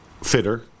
fitter